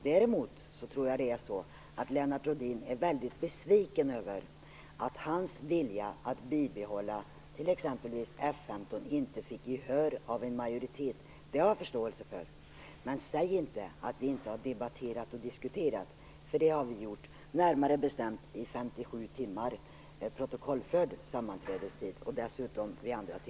Däremot tror jag att det är så att Lennart Rohdin är mycket besviken över att hans vilja att bibehålla t.ex. F 15 inte fick gehör av en majoritet. Det har jag förståelse för. Men säg inte att vi inte har debatterat och diskuterat, för det har vi gjort, närmare bestämt i